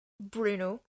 Bruno